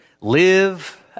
live